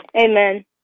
Amen